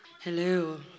hello